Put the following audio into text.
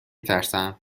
ترسم